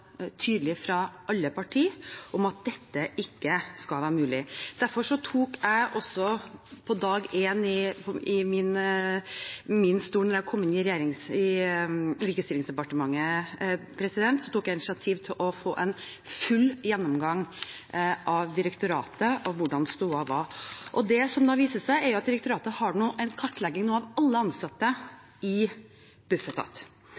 tydelig fra alle partier på at dette ikke skal være mulig. Derfor tok jeg også på dag én i ministerstolen i Barne- og likestillingsdepartementet initiativ til en full gjennomgang fra direktoratets side av hvordan stoda var. Direktoratet gjennomfører nå en kartlegging av alle ansatte i Bufetat. Vi har sjekket personaldata for alle ansatte i det